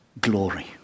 glory